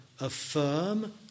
affirm